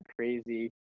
crazy